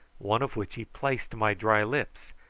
one of which he placed to my dry lips,